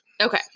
Okay